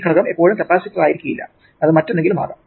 ഈ ഘടകം എപ്പോഴും കപ്പാസിറ്റർ ആയിരിക്കില്ല അത് മറ്റെന്തെങ്കിലും ആകാം